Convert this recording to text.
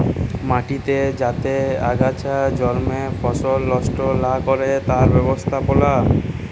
মাটিতে যাতে আগাছা জল্মে ফসল লস্ট লা ক্যরে তার ব্যবস্থাপালা